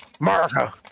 America